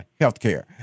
healthcare